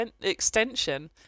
extension